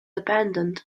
abandoned